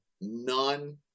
none